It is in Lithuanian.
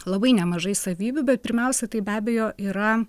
labai nemažai savybių bet pirmiausia tai be abejo yra